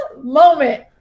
moment